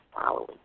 following